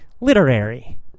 literary